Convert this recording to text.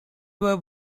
were